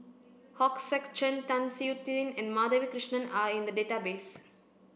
Sek Chern Tan Siew Sin and Madhavi Krishnan are in the database